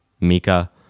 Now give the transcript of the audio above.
Mika